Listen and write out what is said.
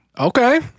Okay